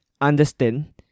understand